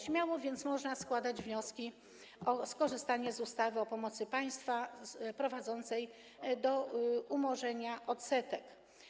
Śmiało więc można składać wnioski o skorzystanie z ustawy o pomocy państwa, prowadzącej do umorzenia odsetek.